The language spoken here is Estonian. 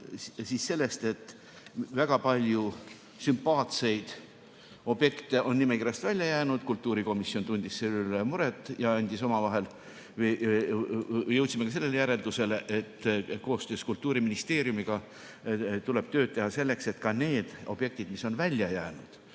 juttu sellest, et väga paljud sümpaatsed objektid on nimekirjast välja jäänud. Kultuurikomisjon tundis selle üle muret ja me jõudsime järeldusele, et koostöös Kultuuriministeeriumiga tuleb tööd teha selleks, et ka need objektid, mis on välja jäänud